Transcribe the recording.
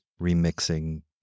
remixing